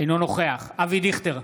אינו נוכח אבי דיכטר,